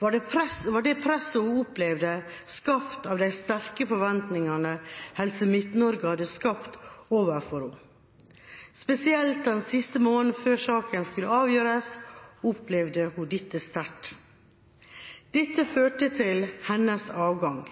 var det presset hun opplevde, skapt av de sterke forventningene Helse Midt-Norge hadde skapt overfor henne. Spesielt den siste måneden før saken skulle avgjøres, opplevde hun dette sterkt. Dette førte til hennes avgang,